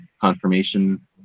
confirmation